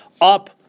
up